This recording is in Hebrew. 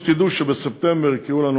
שתדעו שבספטמבר יקראו לנו,